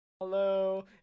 Hello